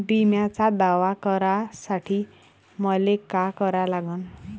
बिम्याचा दावा करा साठी मले का करा लागन?